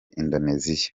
indonesia